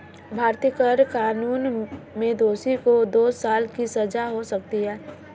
भारतीय कर कानून में दोषी को दो साल की सजा हो सकती है